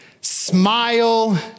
smile